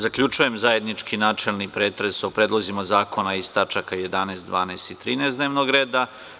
Zaključujem zajednički načelni pretres o predlozima zakona iz tačaka 11, 12. i 13. dnevnog reda.